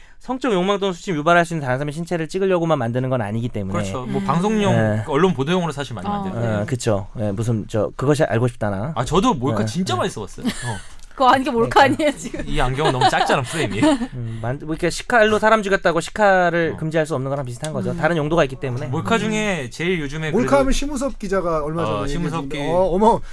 성적 욕망 또는 수치심 유발할 수 있는 다른 사람의 신체를 찍으려고만 만드는 건 아니기 때문에. 그렇죠. 뭐 음. 방송용, 예. 그 언론 보도용으로 사실 많이 어, 만들죠. 어, 네. 그쵸. 예, 무슨, 저, 그것이 알고 싶다나. 아, 저도 몰카 어, 진짜 예. 많이 써봤어요. 어. 그거 안경이 몰카 아니에요, 네. 지금? 이 안경은 너무 작잖아, 프레임이. 음, 만- 뭐 이렇게 식칼로 사람 죽였다고 식칼을 어. 금지할 수 없는 거랑 비슷한 거죠. 음. 다른 용도가 있기 때문에. 음. 몰카 중에 제일 요즘에 몰카 그래도- 하면 심우섭 기자가 얼마 전에 어, 얘기해 심우섭 주는데, 기- 어, 어머.